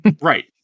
Right